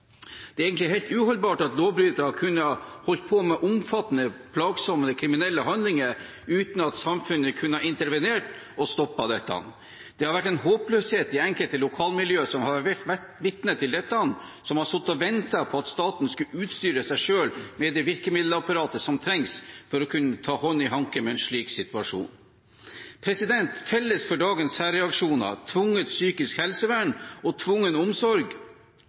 Det er egentlig helt uholdbart at lovbrytere har kunnet holde på med omfattende plagsomme kriminelle handlinger uten at samfunnet har kunnet intervenere og stoppe dette. Det har vært en håpløshet i enkelte lokalmiljø, som har vært vitne til dette og har sittet og ventet på at staten skulle utstyre seg med det virkemiddelapparatet som trengs for å ta hånd i hanke med en slik situasjon. Felles for dagens særreaksjoner, tvunget psykisk helsevern og tvungen omsorg